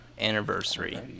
anniversary